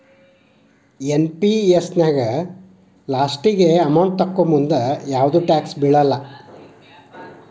NPS ನ್ಯಾಗ ಲಾಸ್ಟಿಗಿ amount ತೊಕ್ಕೋಮುಂದ ಯಾವ್ದು ಟ್ಯಾಕ್ಸ್ ಬೇಳಲ್ಲ